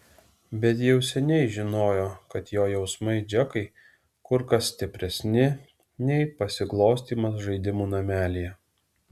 bet jau seniai žinojo kad jo jausmai džekai kur kas stipresni nei pasiglostymas žaidimų namelyje